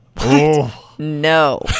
No